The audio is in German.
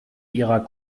ihrer